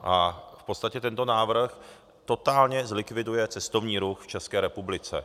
V podstatě tento návrh totálně zlikviduje cestovní ruch v České republice.